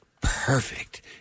perfect